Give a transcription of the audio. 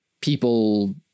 people